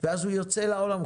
ואז הוא יוצא לעולם,